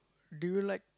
do you like